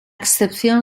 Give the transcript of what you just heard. excepción